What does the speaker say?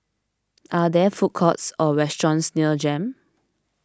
are there food courts or restaurants near Jem